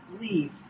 leave